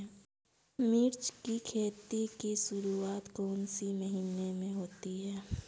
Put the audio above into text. मिर्च की खेती की शुरूआत कौन से महीने में होती है?